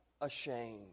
ashamed